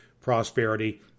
prosperity